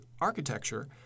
architecture